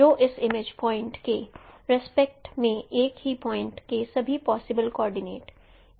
जो इस image point के रेस्पेक्ट में एक ही पॉइंट के सभी पॉसिबल कैंडिडेट एक एपिलेटर लाइन पर स्थित हैं